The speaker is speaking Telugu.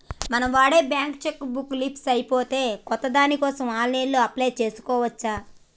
మనం వాడే బ్యేంకు చెక్కు బుక్కు లీఫ్స్ అయిపోతే కొత్త దానికోసం ఆన్లైన్లో అప్లై చేసుకోవచ్చు